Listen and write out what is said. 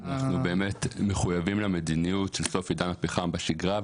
אנחנו באמת מחויבים למדיניות של סוף עידן הפחם בשגרה.